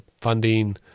funding